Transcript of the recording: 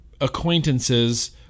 acquaintances